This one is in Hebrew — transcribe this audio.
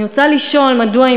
אני רוצה לשאול מדוע,